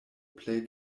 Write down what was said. plej